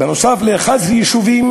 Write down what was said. בנוסף, 11 יישובים